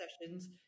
sessions